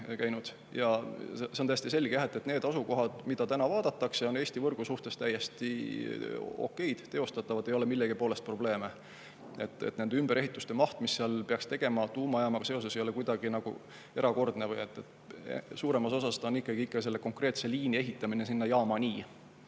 uuringud. See on täiesti selge, jah, et need asukohad, mida täna vaadatakse, on Eesti võrgu suhtes täiesti teostatavad, ei ole millegi poolest probleeme. Nende ümberehituste maht, mis seal peaks tegema tuumajaamaga seoses, ei ole kuidagi erakordne. Suures osas on see ikka konkreetse liini ehitamine jaamani.